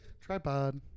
Tripod